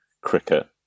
cricket